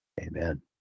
Amen